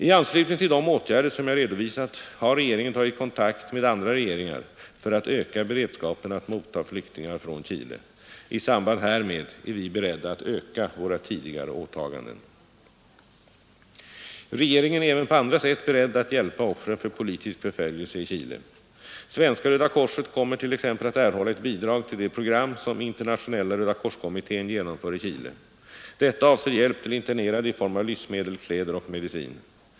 I anslutning till de åtgärder som jag redovisat har regeringen tagit kontakt med andra regeringar för att öka beredskapen att motta flyktingar från Chile. I samband härmed är vi beredda att öka våra tidigare åtaganden. Regeringen är även på andra sätt beredd att hjälpa offren för politisk förföljelse i Chile. Svenska röda korset kommer t.ex. att erhålla ett bidrag till det program som Internationella rödakorskommittén genomför i Chile. Detta avser hjälp till internerade i form av livsmedel, kläder och medicin.